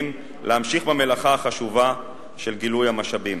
להמשיך במלאכה החשובה של גילוי המשאבים.